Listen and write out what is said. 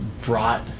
brought